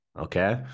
okay